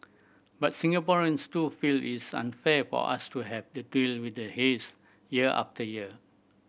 but Singaporeans too feel it's unfair for us to have to deal with the haze year after year